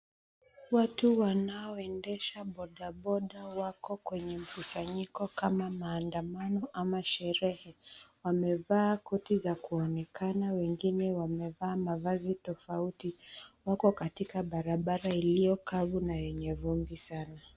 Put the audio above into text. Watu wanaoendesha bodaboda wako kwenye mkusanyiko kama maandamano ama sherehe. Wamevaa koti za kuonekana wengine wamevaa mavazi tofauti. Wako katika barabara iliyo kavu na yenye vumbi sana.